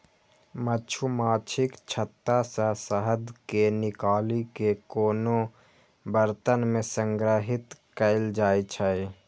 मछुमाछीक छत्ता सं शहद कें निकालि कें कोनो बरतन मे संग्रहीत कैल जाइ छै